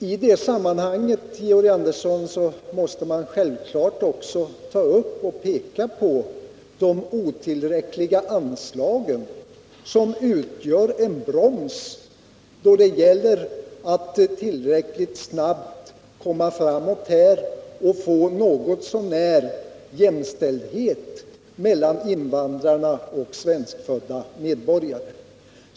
I det sammanhanget måste man, Georg Andersson, självfallet också peka på de otillräckliga anslagen som utgör en broms då det gäller att tillräckligt snabbt komma framåt och få något så när jämställdhet mellan invandrare och svenskfödda medborgare.